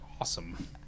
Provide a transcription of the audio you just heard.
awesome